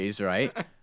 right